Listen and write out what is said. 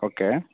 okay